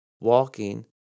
walking